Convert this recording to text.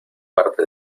parte